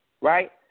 right